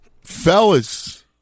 Fellas